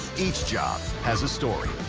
each job has a story.